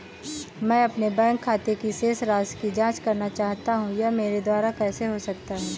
मैं अपने बैंक खाते की शेष राशि की जाँच करना चाहता हूँ यह मेरे द्वारा कैसे हो सकता है?